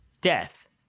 death